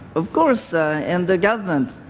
of course and the government,